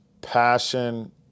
passion